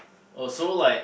oh so like